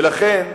ולכן,